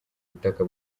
butaka